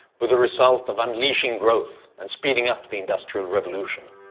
with the result of unleashing growth and speeding up the industrial revolution.